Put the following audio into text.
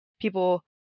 people